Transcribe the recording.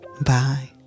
Bye